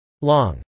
Long